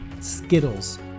Skittles